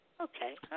Okay